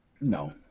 No